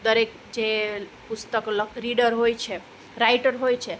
દરેક જે પુસ્તક લખ રીડર હોય છે રાઇટર હોય છે